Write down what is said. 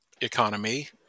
economy